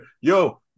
yo